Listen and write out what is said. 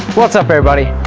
what's up everybody!